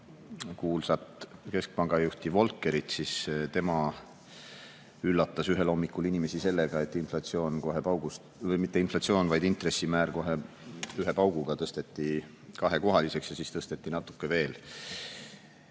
kuulsat keskpanga juhti Volckerit, siis tema üllatas ühel hommikul inimesi sellega, et inflatsioon kohe paugust, või mitte inflatsioon, vaid intressimäär kohe ühe pauguga tõsteti kahekohaliseks ja siis tõsteti natuke veel.